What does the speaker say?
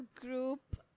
group